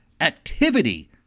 activity